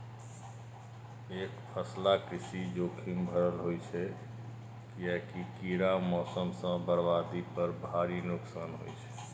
एकफसला कृषि जोखिम भरल होइ छै, कियैकि कीड़ा, मौसम सं बर्बादी पर भारी नुकसान होइ छै